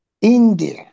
India